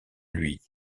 lui